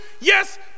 Yes